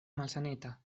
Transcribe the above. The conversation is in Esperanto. malsaneta